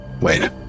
Wait